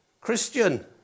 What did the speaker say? Christian